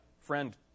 friend